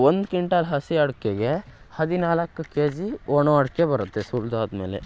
ಒಂದು ಕಿಂಟಲ್ ಹಸಿ ಅಡಿಕೆಗೆ ಹದಿನಾಲ್ಕು ಕೆ ಜಿ ಒಣ ಅಡಿಕೆ ಬರುತ್ತೆ ಸುಲಿದಾದ್ಮೇಲೆ